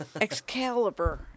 Excalibur